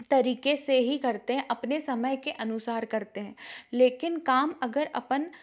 तरीके से ही करते हैं अपने समय के अनुसार करते हैं लेकिन काम अगर अपन